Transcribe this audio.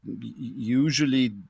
usually